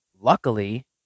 Luckily